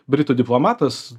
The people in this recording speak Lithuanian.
britų diplomatas